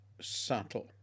subtle